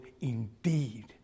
indeed